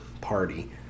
party